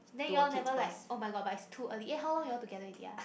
then you all never like oh-my-god but it's too early eh how long you all together already ah